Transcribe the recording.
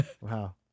Wow